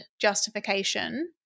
justification